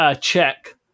check